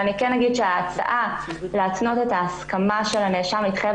אני כן אומר שההצעה להתנות את ההסכמה להתחייב